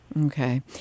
Okay